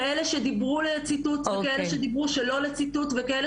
כאלה שדיברו לציטוט וכאלה שדיברו שלא לציטוט וכאלה